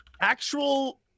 actual